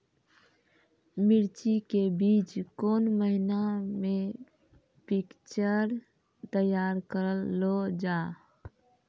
मिर्ची के बीज कौन महीना मे पिक्चर तैयार करऽ लो जा?